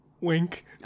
Wink